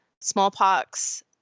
smallpox